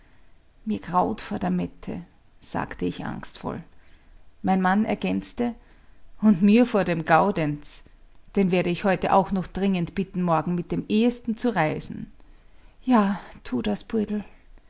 mir graut vor der mette sagte ich angstvoll mein mann ergänzte und mir vor dem gaudenz den werde ich heute auch noch dringend bitten morgen mit dem ehesten zu reisen ja tu das poldl